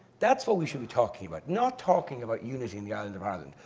that's what we should be talking about. not talking about unity in the island of ireland.